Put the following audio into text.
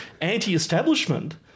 anti-establishment